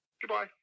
Goodbye